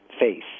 face